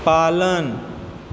पालन